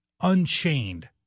unchained